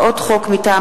ד',